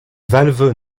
valves